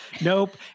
nope